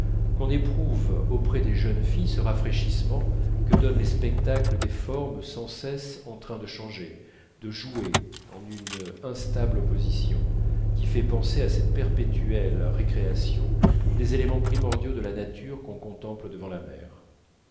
qu'on éprouve auprès des jeunes filles ce rafraîchissement que donne le spectacle des formes sans cesse en train de changer de jouer en une instable opposition qui fait penser à cette perpétuelle recréation des éléments primordiaux de la nature qu'on contemple devant la mer